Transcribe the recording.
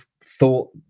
thought